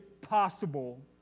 possible